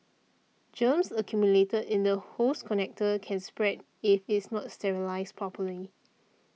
germs accumulated in the hose connector can spread if it's not sterilised properly